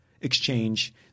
exchange